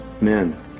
men